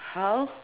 how